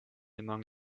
among